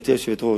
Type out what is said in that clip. גברתי היושבת-ראש,